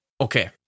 okay